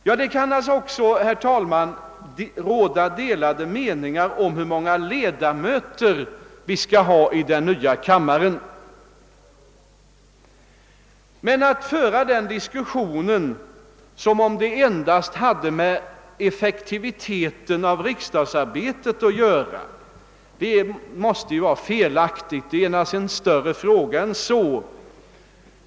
Sedan råder det som bekant också delade meningar om hur många ledamöter den nya enkammarriksdagen skall ha, men att föra den diskussionen som om den bara gällde effektiviteten i riksdagsarbetet måste vara felaktigt. Frågan är naturligtvis större än så.